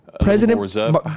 President